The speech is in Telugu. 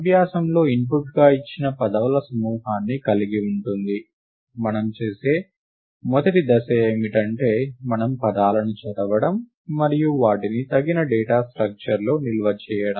అభ్యాసంలో ఇన్పుట్గా ఇచ్చిన పదాల సమూహాన్ని కలిగి ఉంటుంది మనము చేసే మొదటి దశ ఏమిటంటే మనము పదాలను చదవడం మరియు వాటిని తగిన డేటా స్ట్రక్చర్ లో నిల్వ చేయడం